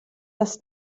das